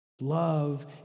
Love